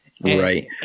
Right